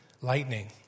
lightning